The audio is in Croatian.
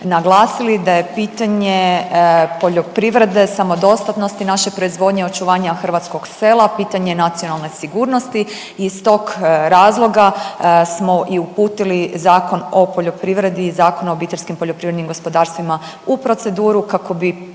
naglasili da je pitanje poljoprivrede, samodostatnosti naše proizvodnje i očuvanje hrvatskog sela pitanje nacionalne sigurnosti i iz tog razloga smo i uputili Zakon o poljoprivredi i Zakon o OPG-ovima u proceduru kako bi